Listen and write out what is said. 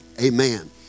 Amen